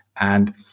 And-